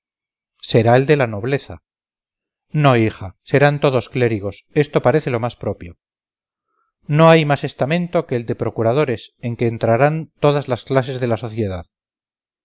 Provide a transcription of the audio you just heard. será el de la nobleza no hija serán todos clérigos esto parece lo más propio no hay más estamento que el de procuradores en que entrarán todas las clases de la sociedad